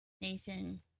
Nathan